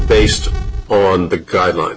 based on the guidelines